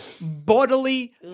bodily